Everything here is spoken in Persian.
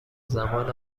زمان